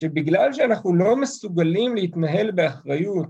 שבגלל שאנחנו לא מסוגלים להתנהל באחריות